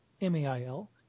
M-A-I-L